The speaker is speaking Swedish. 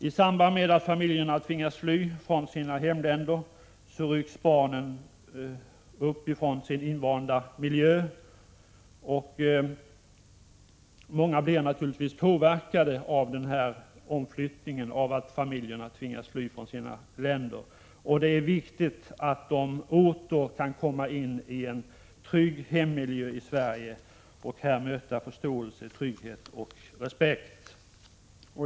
I samband med att familjerna tvingas fly från sina hemländer rycks barnen upp från sin invanda miljö, och många blir naturligtvis påverkade av omflyttningen och av flykten. Det är viktigt att dessa barn åter kan komma in i en trygg hemmiljö i Sverige och här möta förståelse, trygghet och respekt.